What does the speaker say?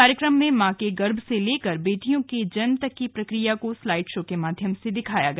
कार्यक्रम में मां के गर्भ से लेकर बेटियों के जन्म तक की प्रक्रिया को स्लाईड शो के माध्यम से दिखाया गया